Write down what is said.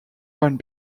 one